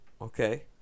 Okay